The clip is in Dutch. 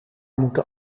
moeten